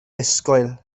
disgwyl